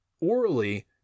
orally